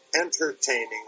entertaining